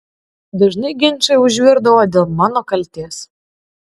dažnai ginčai užvirdavo dėl mano kaltės